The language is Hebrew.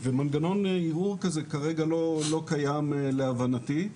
מנגנון ערעור כזה כרגע לא קיים להבנתי.